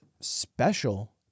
special